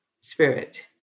spirit